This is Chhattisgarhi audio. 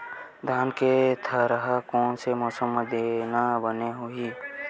धान के थरहा कोन से मौसम म देना बने होही?